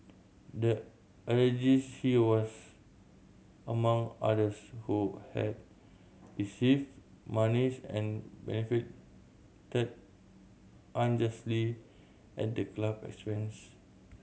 the alleges he was among others who had received monies and benefited unjustly at the club expense